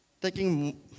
Taking